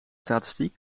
statistiek